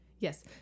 Yes